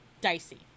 dicey